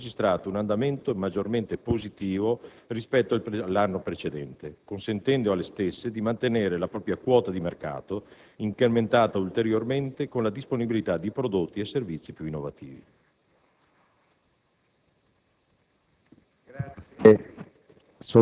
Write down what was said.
i risultati di fatturato del settore delle agenzie di viaggio hanno registrato un andamento maggiormente positivo rispetto all'anno precedente, consentendo alle stesse di mantenere la propria quota di mercato incrementata ulteriormente con la disponibilità di prodotti e servizi più innovativi.